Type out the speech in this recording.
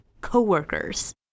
co-workers